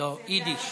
לא, יידיש,